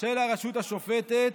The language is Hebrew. של הרשות השופטת